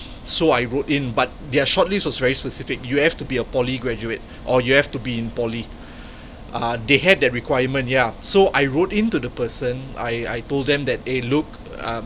so I wrote in but their shortlist was very specific you have to be a poly graduate or you have to be in poly uh they had that requirement yeah so I wrote into the person I I told them that eh look um